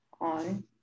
on